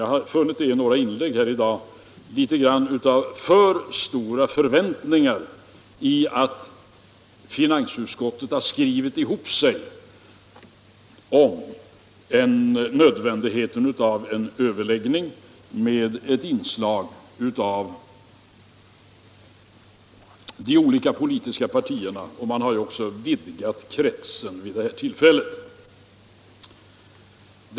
Jag har i några av inläggen i dag funnit litet för stora förväntningar på det förhållandet att finansutskottet skrivit ihop sig om nödvändigheten av en överläggning mellan representanter för de olika politiska partierna och även andra — man har ju vid det här tillfället vidgat kretsen.